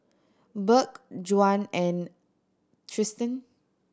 Burk Juan and Tristen